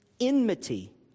Enmity